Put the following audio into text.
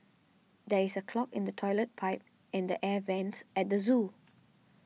there is a clog in the Toilet Pipe and the Air Vents at the zoo